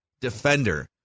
defender